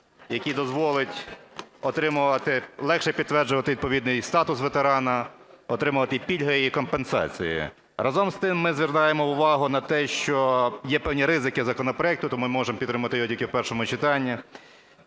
отримувати... легше, підтверджувати відповідний статус ветерани, отримувати пільги і компенсації. Разом з тим, ми звертаємо увагу на те, що є певні ризики законопроекту, тому ми можемо підтримати його тільки в першому читанні.